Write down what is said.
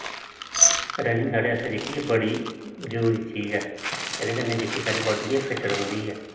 running साढ़े आस्तै जेह्की बड़ी जरूरी चीज ऐ एहदे कन्नै जेह्के साढ़ी बाॅडी ऐ फिट रौंह्दी ऐ